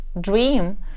dream